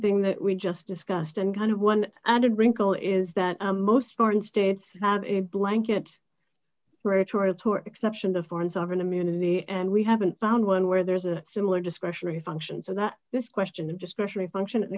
thing that we just discussed and kind of one and a wrinkle is that most foreign states have a blanket rotorua tour exception to foreign sovereign immunity and we haven't found one where there's a similar discretionary function so that this question of discretionary function a